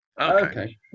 Okay